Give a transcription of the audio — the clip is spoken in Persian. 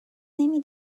نمی